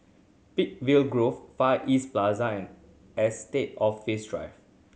Peakville Grove Far East Plaza and Estate Office Drive